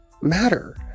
matter